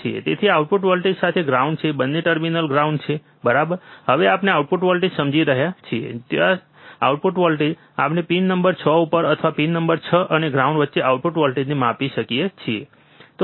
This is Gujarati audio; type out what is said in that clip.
તેથી ઇનપુટ વોલ્ટેજ સાથે ગ્રાઉન્ડ છે બંને ટર્મિનલ ગ્રાઉન્ડ છે બરાબર હવે આપણે આઉટપુટ વોલ્ટેજ સમજી રહ્યા છીએ જ્યાંથી આઉટપુટ વોલ્ટેજ આપણે પિન નંબર 6 ઉપર અથવા પિન નંબર 6 અને ગ્રાઉન્ડ વચ્ચે આઉટપુટ વોલ્ટેજને માપી શકીએ છીએ